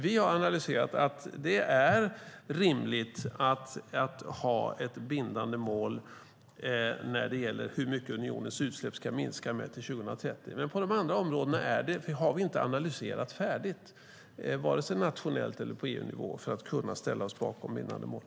Vi har analyserat och sett att det är rimligt att ha ett bindande mål när det gäller hur mycket unionens utsläpp ska minska till 2030, men på de andra områdena har vi inte analyserat färdigt, vare sig nationellt eller på EU-nivå, och kan därför inte ställa oss bakom bindande mål.